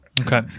okay